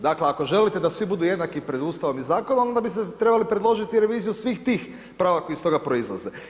Dakle, ako želite da svi budu jednaki pred Ustavom i zakonom onda biste trebali predložiti svih tih prava koja ih toga proizlaze.